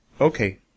Okay